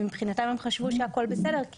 ומבחינתם הם חשבו שהכל בסדר.